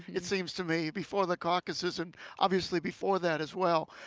it seems to me before the caucuses and obviously before that as well.